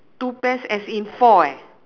two pairs as in four eh